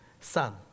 son